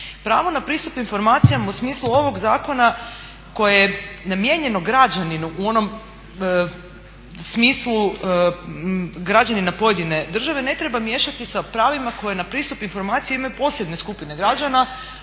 Pravo na pristup informacijama u smislu ovog zakona koje je namijenjeno građaninu u onom smislu građanina pojedine države ne treba miješati sa pravima koje na pristup informaciji imaju posebne skupine građana